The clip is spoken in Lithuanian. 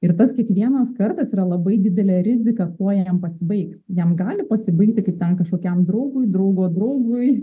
ir tas kiekvienas kartas yra labai didelė rizika kuo jam pasibaigs jam gali pasibaigti kaip ten kažkokiam draugui draugo draugui